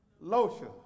lotion